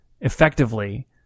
effectively